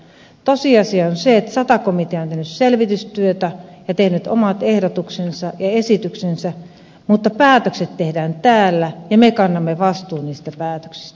tosiasia on se että sata komitea on tehnyt selvitystyötä ja tehnyt omat ehdotuksensa ja esityksensä mutta päätökset tehdään täällä ja me kannamme vastuun niistä päätöksistä